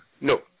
No